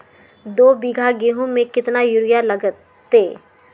दो बीघा गेंहू में केतना यूरिया लगतै?